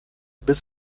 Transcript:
biss